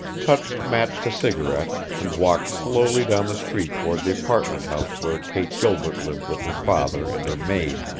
touched match to cigarette, and walked slowly down the street toward the apartment house where kate gilbert lived with her father and her maid.